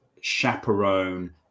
chaperone